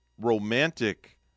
romantic